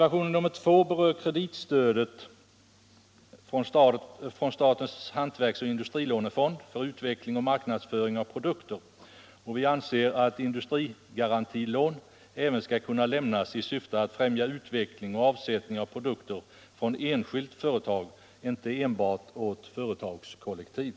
att industrigarantilån skall kunna lämnas i syfte att främja utveckling Nr 126 och avsättning av produkter även från enskilda företag — inte enbart . företagskollektiv.